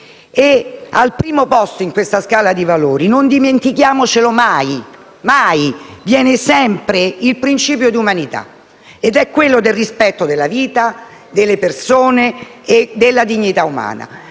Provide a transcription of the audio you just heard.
Al primo posto in questa scala di valori - non dimentichiamocelo mai - viene sempre il principio dell'umanità che si sostanzia nel rispetto della vita, delle persone e della dignità umana.